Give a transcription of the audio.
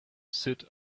sit